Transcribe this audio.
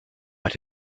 but